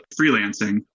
freelancing